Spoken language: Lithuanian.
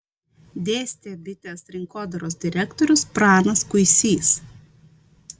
dėstė bitės rinkodaros direktorius pranas kuisys